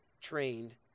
trained